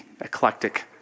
eclectic